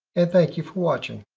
and thank you for watching.